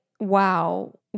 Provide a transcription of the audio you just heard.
wow